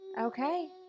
Okay